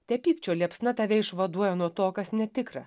te pykčio liepsna tave išvaduoja nuo to kas netikra